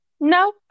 No